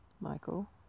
Michael